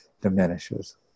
diminishes